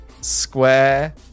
square